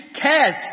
cares